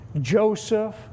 Joseph